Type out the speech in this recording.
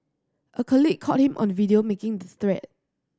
a colleague caught him on video making the threat